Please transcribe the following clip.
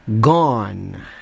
gone